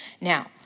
Now